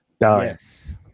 Yes